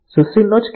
સુશીલનો જ કેસ લો